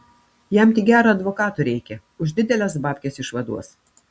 jam tik gero advokato reikia už dideles babkes išvaduos